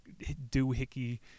doohickey